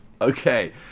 Okay